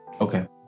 okay